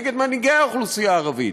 נגד מנהיגי האוכלוסייה הערבית,